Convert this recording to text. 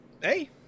hey